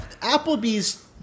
Applebee's